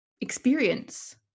experience